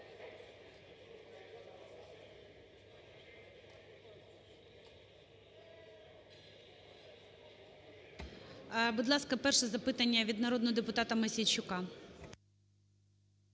Будь ласка, перше запитання від народного депутата Мосійчука.